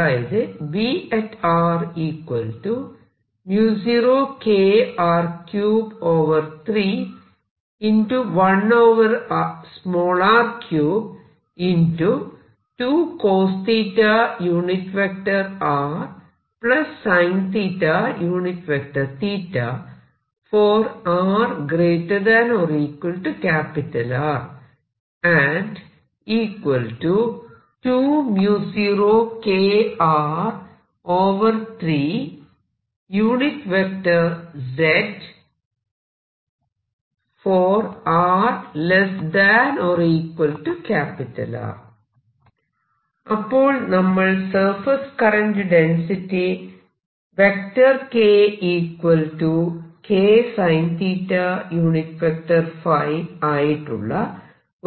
അതായത് അപ്പോൾ നമ്മൾ surface current density K K ϕ ആയിട്ടുള്ള